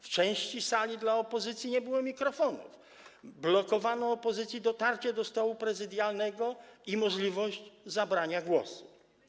W części sali przeznaczonej dla opozycji nie było mikrofonów, blokowano opozycji dotarcie do stołu prezydialnego i możliwość zabrania głosu.